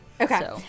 Okay